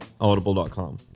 audible.com